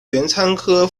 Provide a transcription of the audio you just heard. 玄参科